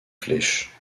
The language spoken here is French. flèche